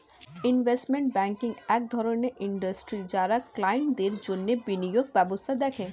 investment banking এক ধরণের industry যারা ক্লায়েন্টদের জন্যে বিনিয়োগ ব্যবস্থা দেখে